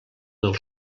del